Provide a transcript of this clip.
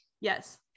yes